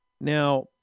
Now